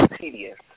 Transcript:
tedious